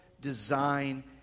design